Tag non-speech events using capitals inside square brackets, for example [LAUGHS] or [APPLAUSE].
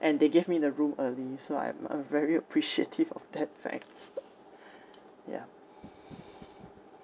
and they gave me the room early so I'm uh very appreciative of that thanks [LAUGHS] yup [BREATH]